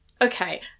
okay